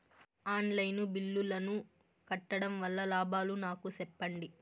On line బిల్లుల ను కట్టడం వల్ల లాభాలు నాకు సెప్పండి?